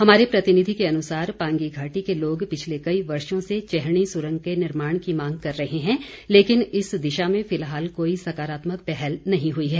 हमारे प्रतिनिधि के अनुसार पांगी घाटी के लोग पिछले कई वर्षो से चैहणी सुरंग के निर्माण की मांग कर रहे हैं लेकिन इस दिशा में फिलहाल कोई सकारात्मक पहल नहीं हुई है